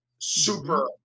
super